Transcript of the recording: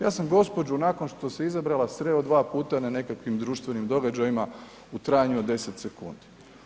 Ja sam gospođu nakon što se izabrala sreo dva puta na nekakvim društvenim događajima u trajanju od 10 sekundi.